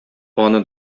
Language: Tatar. аны